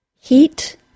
Heat